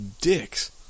dicks